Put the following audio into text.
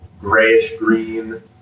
grayish-green